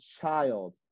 child